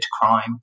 crime